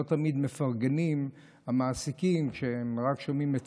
לא תמיד המעסיקים מפרגנים כשהם רק שומעים את